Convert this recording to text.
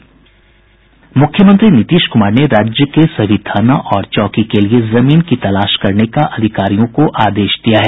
मुख्यमंत्री नीतीश कुमार ने राज्य के सभी थाना और चौकी के लिये जमीन की तलाश करने का अधिकारियों को आदेश दिया है